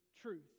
truth